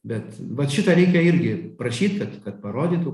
bet vat šitą reikia irgi prašyt kad kad parodytų